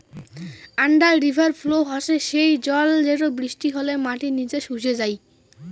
under river flow হসে সেই জল যেটো বৃষ্টি হলে মাটির নিচে শুষে যাই